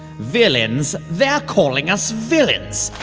villains, they're calling us villains?